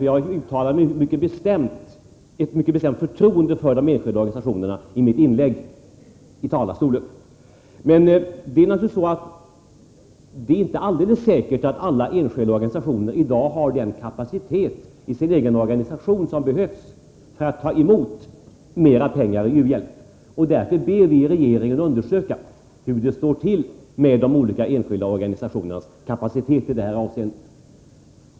Jag uttalade mycket bestämt mitt förtroende för de enskilda organisationerna i mitt inlägg från talarstolen. Men det är naturligtvis inte alldeles säkert att alla organisationer i dag själva har den kapacitet som behövs för att ta emot mera pengar till u-hjälp, och därför ber vi regeringen att undersöka hur det står till med de olika enskilda organisationernas kapacitet i det här avseendet.